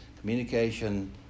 Communication